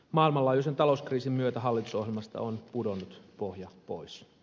maailmanlaajuisen talouskriisin myötä hallitusohjelmasta on pudonnut pohja pois